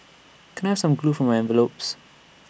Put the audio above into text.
can I some glue for my envelopes